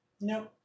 No